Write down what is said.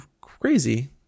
crazy